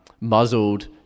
muzzled